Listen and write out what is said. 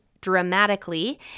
dramatically